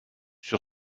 sur